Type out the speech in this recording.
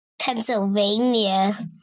Pennsylvania